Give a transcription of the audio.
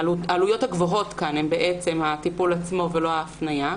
העלויות הגבוהות הם הטיפול עצמו ולא ההפניה.